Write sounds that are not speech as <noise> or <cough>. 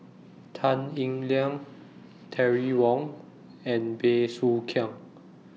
Tan Eng Liang <noise> Terry Wong and Bey Soo Khiang